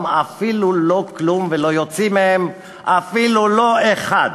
אפילו לא כלום ולא יוציא מהם אפילו לא אחד.